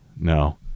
no